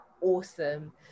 awesome